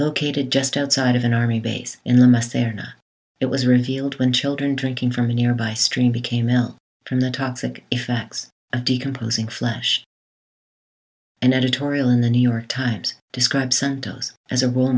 located just outside of an army base in the center it was revealed when children drinking from a nearby stream became out from the toxic effects of decomposing flesh an editorial in the new york times described as a